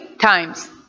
times